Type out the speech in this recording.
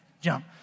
jump